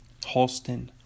Halston